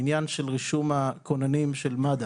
בעניין של רישום הכוננים של מד"א.